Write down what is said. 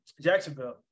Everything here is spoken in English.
Jacksonville